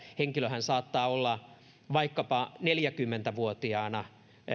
henkilöhän saattaa olla vaikkapa neljäkymmentä vuotiaana